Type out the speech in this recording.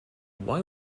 why